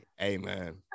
Amen